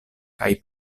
kaj